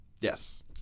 Yes